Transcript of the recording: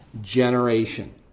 generation